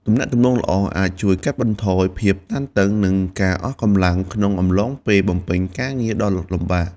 ទំនាក់ទំនងល្អអាចជួយកាត់បន្ថយភាពតានតឹង និងការអស់កម្លាំងក្នុងអំឡុងពេលបំពេញការងារដ៏លំបាក។